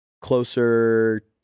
Closer